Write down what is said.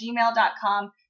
gmail.com